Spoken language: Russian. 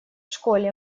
школе